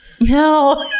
No